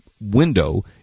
window